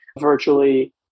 Virtually